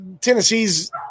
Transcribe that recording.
Tennessee's